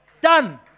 Done